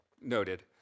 noted